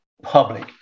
public